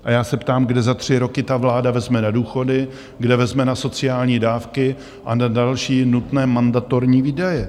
A já se ptám, kde za tři roky vláda vezme na důchody, kde vezme na sociální dávky a na další nutné mandatorní výdaje?